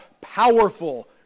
powerful